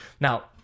Now